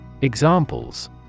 Examples